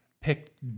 picked